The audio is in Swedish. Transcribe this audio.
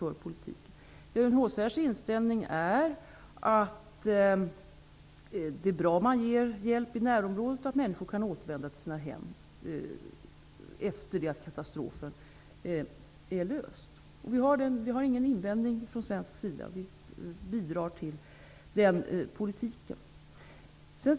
UNHCR:s inställning är att det är bra om man ger hjälp i närområdet och att människor kan återvända till sina hem efter det att katastrofen är över. Vi har från svensk sida ingen invändning mot det, utan vi bidrar till den politiken.